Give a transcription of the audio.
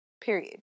Period